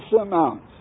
amount